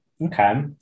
Okay